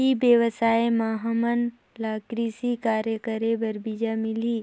ई व्यवसाय म हामन ला कृषि कार्य करे बर बीजा मिलही?